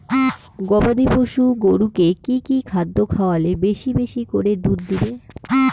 গবাদি পশু গরুকে কী কী খাদ্য খাওয়ালে বেশী বেশী করে দুধ দিবে?